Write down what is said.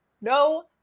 no